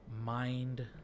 mind